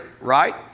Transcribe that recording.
right